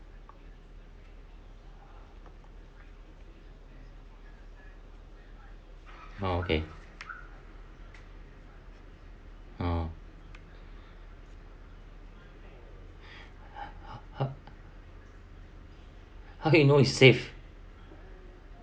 oh okay oh how can you know is safe